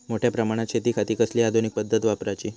मोठ्या प्रमानात शेतिखाती कसली आधूनिक पद्धत वापराची?